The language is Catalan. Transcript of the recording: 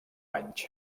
anys